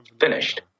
finished